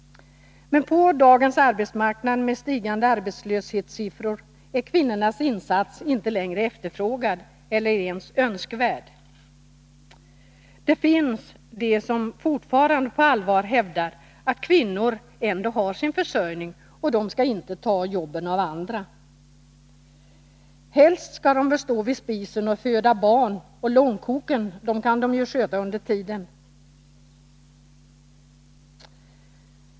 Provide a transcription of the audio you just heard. Men på dagens arbetsmarknad med stigande arbetslöshetssiffror är kvinnornas insats inte längre efterfrågad eller ens önskvärd. Det finns personer som fortfarande på allvar hävdar att kvinnor ändå har sin försörjning och inte skall ta jobben av andra. Helst skall de väl stå vid spisen och föda barn — långkoken kan de sköta under tiden.